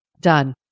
Done